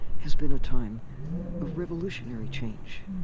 has been a time of revolutionary change.